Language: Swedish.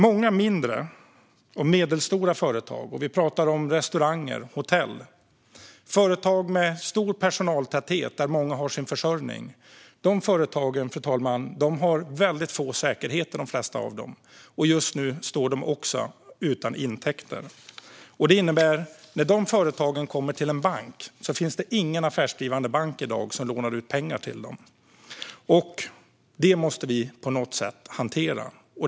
Många mindre och medelstora företag med stor personaltäthet - vi pratar om restauranger och hotell - och där många har sin försörjning, fru talman, har väldigt få säkerheter. Just nu står de också utan intäkter. Det innebär att det inte finns någon affärsdrivande bank i dag som lånar ut pengar till dem. Detta måste vi på något sätt hantera.